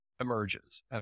emerges